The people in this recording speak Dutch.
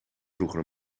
vroeger